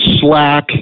slack